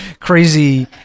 crazy